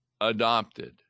adopted